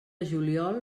juliol